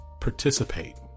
participate